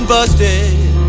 Busted